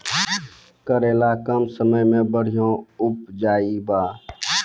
करेला कम समय मे बढ़िया उपजाई बा?